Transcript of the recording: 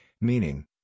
Meaning